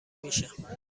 میشم